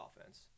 offense